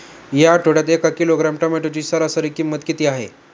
या आठवड्यात एक किलोग्रॅम टोमॅटोची सरासरी किंमत किती आहे?